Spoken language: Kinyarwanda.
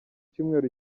cyumweru